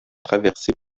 traversée